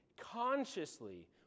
consciously